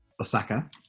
Osaka